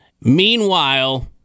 Meanwhile